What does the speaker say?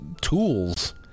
tools